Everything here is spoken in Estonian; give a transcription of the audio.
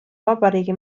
vabariigi